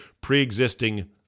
pre-existing